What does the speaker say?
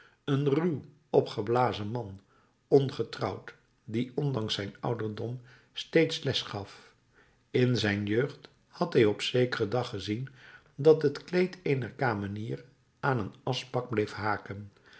een ruw opgeblazen man ongetrouwd die ondanks zijn ouderdom steeds les gaf in zijn jeugd had hij op zekeren dag gezien dat het kleed eener kamenier aan een aschbak bleef haken